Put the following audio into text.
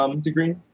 degree